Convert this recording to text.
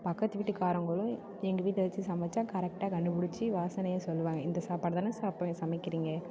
பக்கத்து வீட்டுக்காரங்களும் எங்கள் வீட்டில் எதாச்சும் சமைச்சா கரெட்டாக கண்டுபிடுச்சி வாசனையை சொல்லுவாங்க இந்த சாப்பாடுதானே சாப்பிடு சமைக்கறீங்க